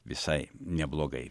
visai neblogai